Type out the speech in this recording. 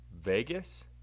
Vegas